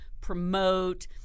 promote